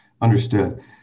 Understood